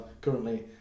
currently